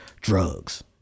drugs